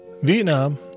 Vietnam